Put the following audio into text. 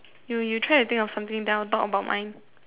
you you try and think of something then I'll talk about mine